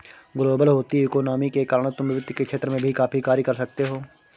global होती economy के कारण तुम वित्त के क्षेत्र में भी काफी कार्य कर सकते हो